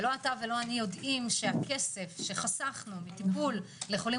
ולא אתה ולא אני יודעים שהכסף שחסכנו לטיפול לחולים